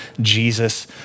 Jesus